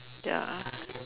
ya